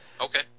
Okay